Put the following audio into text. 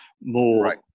more